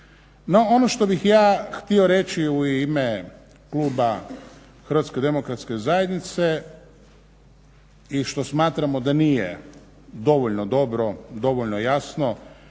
No što bih ja htio reći u ime kluba HDZ-a i što smatramo da nije dovoljno dobro, dovoljno jasno